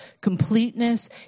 completeness